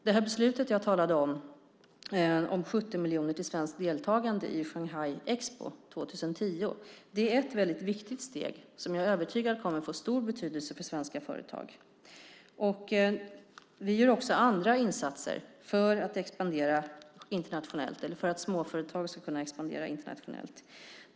Det beslut jag talade om, 70 miljoner till svenskt deltagande i Shanghai Expo 2010, är ett väldigt viktigt steg som jag är övertygad om kommer att få stor betydelse för svenska företag. Vi gör också andra insatser för att småföretag ska kunna expandera internationellt.